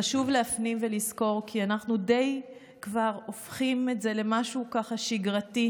חשוב להפנים ולזכור שאנחנו די הופכים את זה למשהו שגרתי.